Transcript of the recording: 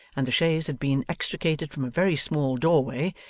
and the chaise had been extricated from a very small doorway,